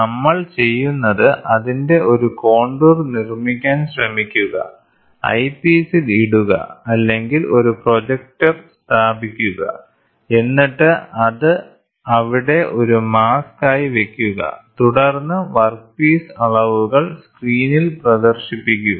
നമ്മൾ ചെയ്യുന്നത് അതിന്റെ ഒരു കോണ്ടൂർ നിർമ്മിക്കാൻ ശ്രമിക്കുക ഐപീസിൽ ഇടുക അല്ലെങ്കിൽ ഒരു പ്രൊജക്റ്റർ സ്ഥാപിക്കുക എന്നിട്ട് അത് അവിടെ ഒരു മാസ്കായി വയ്ക്കുക തുടർന്ന് വർക്ക്പീസ് അളവുകൾ സ്ക്രീനിൽ പ്രദർശിപ്പിക്കുക